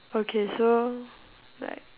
okay so like